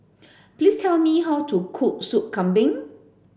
please tell me how to cook Sup Kambing